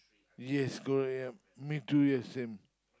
yes correct yup me too yes same